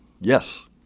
Yes